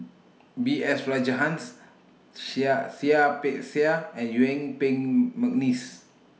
B S Rajhans Seah Seah Peck Seah and Yuen Peng Mcneice